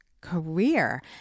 career